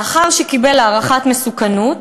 לאחר שקיבל הערכת מסוכנות,